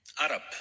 Arab